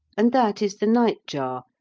and that is the nightjar,